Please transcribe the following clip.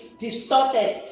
distorted